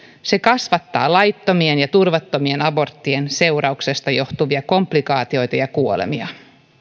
se kasvattaa laittomien ja turvattomien aborttien seurauksesta johtuvia komplikaatioita ja kuolemia